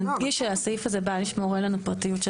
נדגיש שהסעיף הזה בא לשמור הן על הפרטיות של